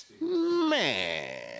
Man